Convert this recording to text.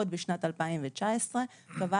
עוד בשנת 2019 קבעה,